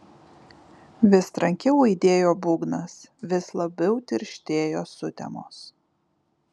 vis trankiau aidėjo būgnas vis labiau tirštėjo sutemos